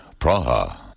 Praha